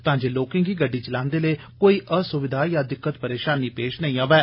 तां जे लोकें गी गड्डी चलांदे कोई असुविधा या दिक्कत परेषानी पेष नेई आवै